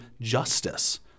justice